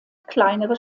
kleinere